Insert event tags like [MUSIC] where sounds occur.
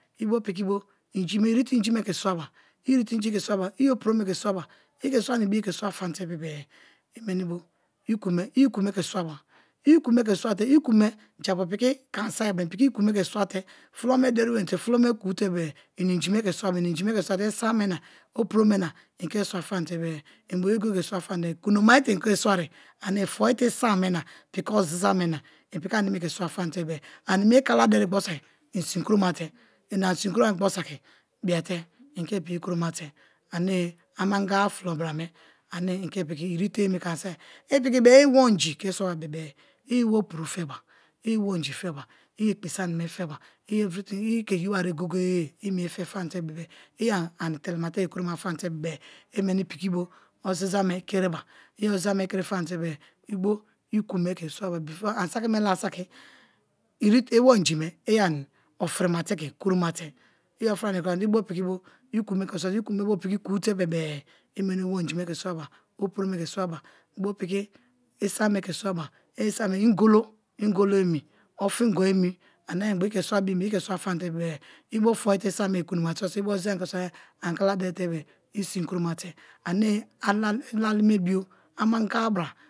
Ibo piki bo inji me ire te inji me ke swaba i ire te inji ke swaba, i opuro me ke swaba i ke swa na ibiye ke swa famate bebe-e i meni bo iku me i ikume ke swaba i ikume ke swate iku me japu piki ke ani bra i piki iku me ke swa te fulo me dari wenii fulo me kpo te be-e ini inji me ke swaba, i inji me ke swate isam me na, opuro me na i ke swate famate bebe-e, i bo yego-goye swa famate-e, kulo maye te inswa ye ane foi te isam me na piki oziza me na i piki oziza me ke swa famate ani mie kala deri gboru saki i sin kuroma te i ani sin kuro ma gboru saki biate i ke piki kuro mate ane amangaga fulo bra me, ane i piki ire teye me ke ani soi. I piki be̱e̱m ilo onji ke so ba bebe-e i iwo opuro feba i iwo iinji feba i ekpe sani me feba i every thing i ke yenariye goye-goye e i mie fe famate bee i ani telema te ke kuroma fama te bebe-e i meni piki bo oziza me kiriba, i oziza me kiri famate te bebe i bo iku me ke swaba before ani saki ma la saki swaba before ani saki me la saki [UNINTELLIGIBLE] iwo inji me i ani oferi mate ke kuro mia te i oferimate ke kuro mate-e i bo piki bo iku me ke swate iku me no piki ku-ute bebe-e i meni iwo inji me ke swaba opuro me ke swaba, i bo piki isam me ke swaba, i isam me ke, ingo am me swaba, i isam me ke, ingo lo, ingo lo emi, ofingo emi, ana ayi memgba i ke swaba i ke swa bim be-e i bo foi te isam me kanoma te [UNINTELLIGIBLE] i bo oziza me ke swa te ani kala deri te bebe-e i sin kuro ma te ane alalime bio amangaga bra.